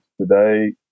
today